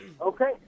Okay